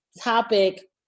topic